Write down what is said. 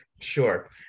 Sure